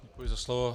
Děkuji za slovo.